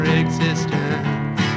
existence